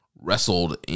wrestled